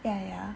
ya ya